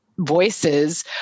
Voices